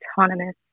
autonomous